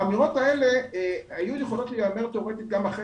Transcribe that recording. האמירות האלה היו יכולות להיאמר תיאורטית גם אחרי